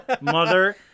mother